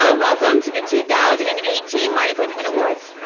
um welcome to the two thousand and eighteen marty glickman awards.